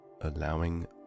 allowing